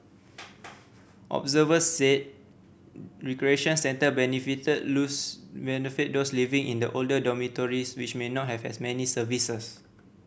observer said recreation centre benefit lose benefit those living in the older dormitories which may not have as many services